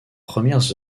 premières